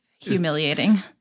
humiliating